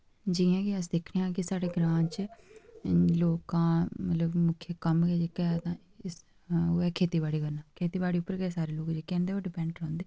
जि'यां के अस दिक्खने आं के साढ़े ग्रांऽ च लोकें दा मतलब मुक्ख कम्म गै जेह्का ऐ तां उ'ऐ खेती बाड़ी करना खेती बाड़ी पर गै सारे लोक जेह्के हैन ओह् डिपैंंड रौंह्दे